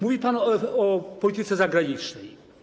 Mówi pan o polityce zagranicznej.